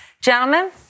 Gentlemen